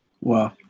wow